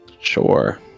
Sure